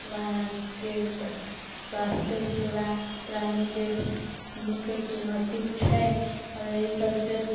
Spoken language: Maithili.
वहाँके स्वास्थ्य स्वास्थ्य सेबा प्राणीके मुख्य चुनौती छै आओर एहि सब से